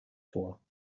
vor